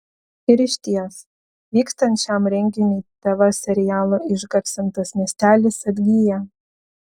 ir išties vykstant šiam renginiui tv serialo išgarsintas miestelis atgyja